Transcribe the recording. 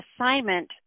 assignment